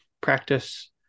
practice